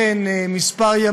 אנחנו כעת מקדמים סידרה של מהלכים